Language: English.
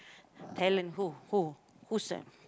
talent who who who's the